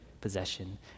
possession